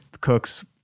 cooks